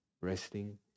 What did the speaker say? resting